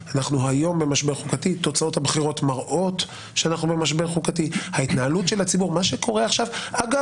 יום עצמאות ויום הזיכרון, ביחד, כעם